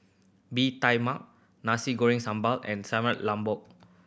Bee Tai Mak Nasi Goreng Sambal and Sayur Lodeh